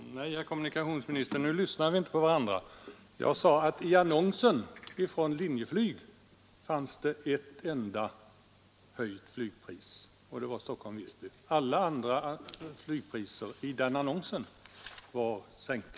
Herr talman! Nej, herr kommunikationsminister, nu lyssnar vi inte på varandra. Jag sade att i Linjeflygs annons fanns det ett enda höjt flygpris, och det var Stockholm—Visby. Alla andra flygpriser i den annonsen var sänkta.